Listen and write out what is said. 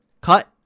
cut